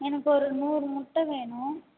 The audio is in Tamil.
எனக்கு ஒரு நூறு முட்டை வேணும்